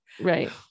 right